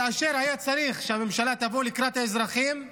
כאשר היה צריך שהממשלה תבוא לקראת האזרחים,